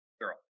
girl